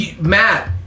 Matt